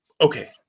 okay